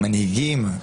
מנהיגים,